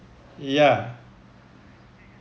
ya